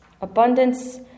Abundance